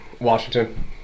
Washington